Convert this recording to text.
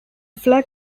flag